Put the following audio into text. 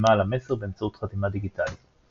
החתימה על המסר באמצעות חתימה דיגיטלית.